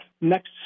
next